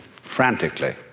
frantically